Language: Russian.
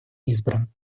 избран